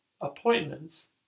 appointments